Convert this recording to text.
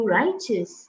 righteous